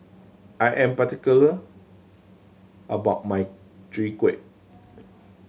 I am particular about my Chwee Kueh